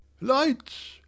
Lights